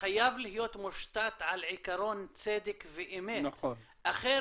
חייב להיות מושתת על עיקרון צדק ואמת אחרת